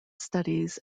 studies